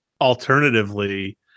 alternatively